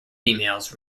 females